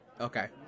Okay